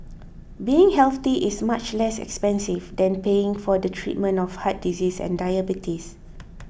being healthy is much less expensive than paying for the treatment of heart disease and diabetes